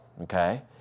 Okay